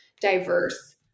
diverse